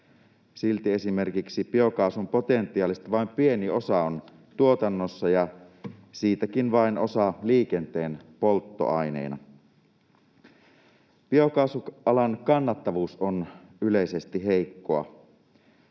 Silti esimerkiksi biokaasun potentiaalista vain pieni osa on tuotannossa ja siitäkin vain osa liikenteen polttoaineena. Biokaasualan kannattavuus on yleisesti heikkoa.